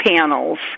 panels